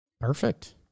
Perfect